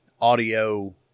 audio